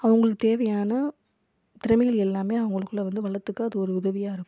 அவங்களுக்கு தேவையான திறமைகள் எல்லாமே அவங்களுக்குள்ள வந்து வளர்த்துக்க அது ஒரு உதவியாக இருக்கும்